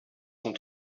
sont